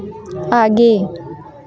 आगे